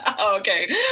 Okay